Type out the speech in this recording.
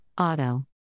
Auto